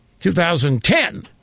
2010